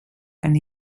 and